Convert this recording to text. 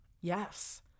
Yes